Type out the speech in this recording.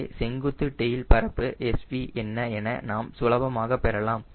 எனவே செங்குத்து டெயில் பரப்பு Sv என்ன என நாம் சுலபமாக பெறலாம்